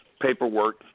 paperwork